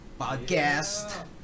Podcast